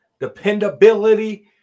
dependability